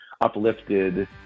uplifted